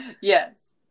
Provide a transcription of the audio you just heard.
Yes